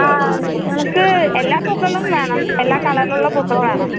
ആ നമുക്ക് എല്ലാ പൂക്കളും വേണം എല്ലാ കളറിലുള്ള പൂക്കളും വേണം